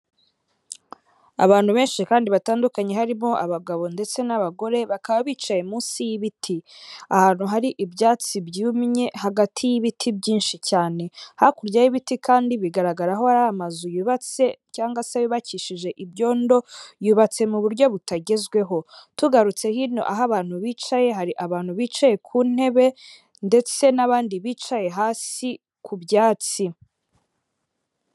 Abantu benshi kandi batandukanye harimo abagabo ndetse n'abagore bakaba bicaye munsi y'ibiti ahantu hari ibyatsi byumye hagati y'ibiti byinshi cyane, hakurya y'ibiti kandi bigaragaraho ari amazu yubatse cyangwa se yubakishije ibyondo yubatse mu buryo butagezweho. Tugarutse hino aho abantu bicaye hari abantu bicaye ku ntebe ndetse n'abandi bicaye hasi ku byatsi.